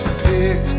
pick